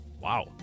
wow